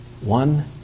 One